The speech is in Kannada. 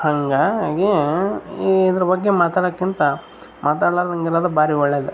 ಹಂಗಾಗಿ ಇದ್ರ ಬಗ್ಗೆ ಮಾತಾಡೋಕ್ಕಿಂತ ಮಾತಾಡಲಾರ್ದಂಗ್ ಇರೋದು ಭಾರಿ ಒಳ್ಳೇದು